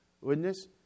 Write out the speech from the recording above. Witness